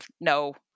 no